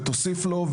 ותוסיף לו,